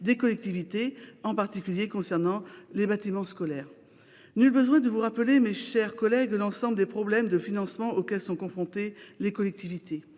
des collectivités, en particulier celles qui sont relatives aux bâtiments scolaires. Nul besoin de vous rappeler, mes chers collègues, l'ensemble des problèmes de financement auxquels sont confrontées les collectivités.